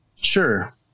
sure